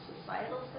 societal